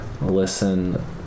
listen